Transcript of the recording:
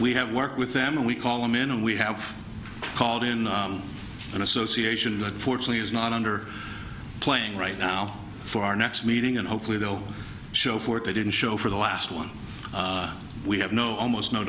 we have work with them and we call them in a we have called in an association fortunately is not under playing right now for our next meeting and hopefully they will show for it they didn't show for the last one we have no almost no